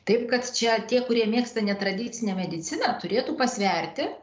taip kad čia tie kurie mėgsta netradicinę mediciną turėtų pasverti